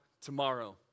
tomorrow